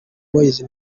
boys